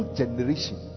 generation